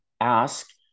ask